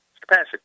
capacity